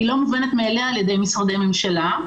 לא מובנת מאליה על ידי משרדי ממשלה,